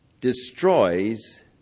destroys